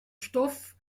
stoff